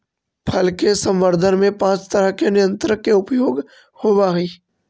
फल के संवर्धन में पाँच तरह के नियंत्रक के उपयोग होवऽ हई